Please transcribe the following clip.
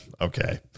okay